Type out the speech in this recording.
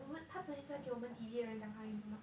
我们他昨天才给我们 D_B 的人讲华语懂 mah